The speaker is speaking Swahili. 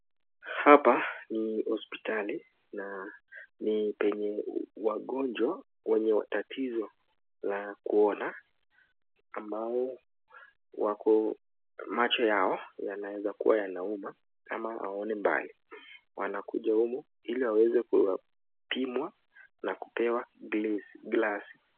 Hapa ni hospitali na ni penye wagonjwa wenye tatizo la kuona ambao macho yao yanaeza kuwa yanauma ama haoni mbali. Wanakuja humu ili waweze kupimwa na kupewa glasi.